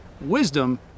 Wisdom